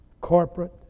corporate